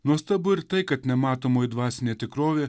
nuostabu ir tai kad nematomoji dvasinė tikrovė